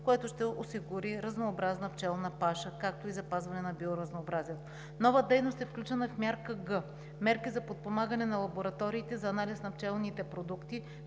което ще осигури разнообразна пчелна паша, както и запазване на биоразнообразието. Нова дейност е включена в мярка Г – „Мерки за подпомагане на лабораториите за анализ на пчелните продукти“,